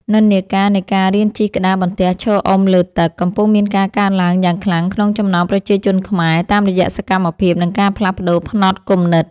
និន្នាការនៃការរៀនជិះក្តារបន្ទះឈរអុំលើទឹក កំពុងមានការកើនឡើងយ៉ាងខ្លាំងក្នុងចំណោមប្រជាជនខ្មែរ តាមរយៈសកម្មភាព និងការផ្លាស់ប្តូរផ្នត់គំនិត។